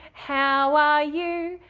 how are you?